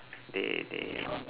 they they